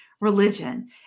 religion